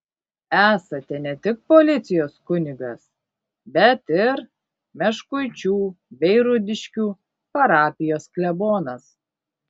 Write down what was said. esate ne tik policijos kunigas bet ir meškuičių bei rudiškių parapijos klebonas